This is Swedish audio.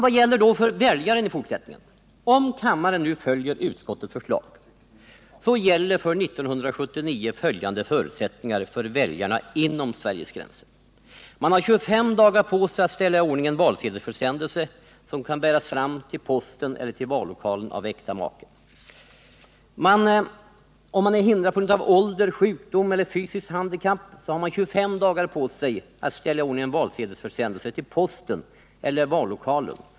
Vad gäller då för väljaren i fortsättningen? Om kammaren nu följer utskottets förslag så gäller för 1979 följande förutsättningar för väljarna inom Sveriges gränser: 1. Man har 25 dagar på sig att ställa i ordning en valsedelsförsändelse som kan bäras fram till posten eller vallokalen av äkta make. 2. Om man är förhindrad på grund av ålder, sjukdom eller fysiskt handikapp har man 25 dagar på sig att ställa i ordning en valsedelsförsändelse till posten eller vallokalen.